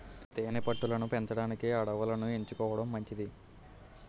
తేనె పట్టు లను పెంచడానికి అడవులను ఎంచుకోవడం మంచిది